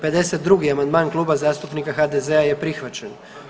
52. amandman Kluba zastupnika HDZ-a je prihvaćen.